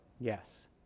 yes